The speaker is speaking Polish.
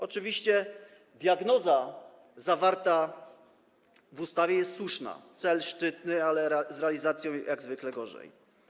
Oczywiście diagnoza zawarta w ustawie jest słuszna, cel szczytny, ale z realizacją jak zwykle gorzej.